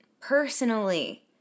personally